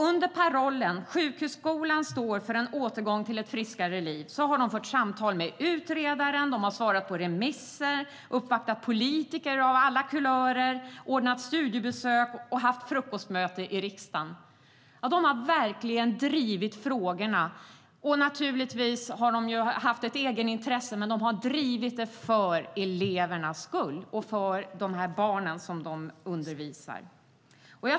Under parollen "Sjukhusskolan står för en återgång till ett friskare liv" har de fört samtal med utredaren, svarat på remisser, uppvaktat politiker av alla kulörer, ordnat studiebesök och haft frukostmöte i riksdagen. De har verkligen drivit frågorna. Givetvis har de även haft ett egenintresse, men främst har de drivit frågorna för elevernas skull, för de barns skull som de undervisar.